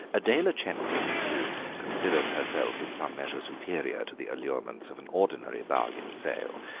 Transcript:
adela chemping, who considered herself in some measure superior to the allurements of an ordinary bargain sale,